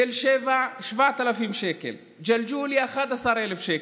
תל שבע, 7,000 שקל, ג'לג'וליה, 11,000 שקל,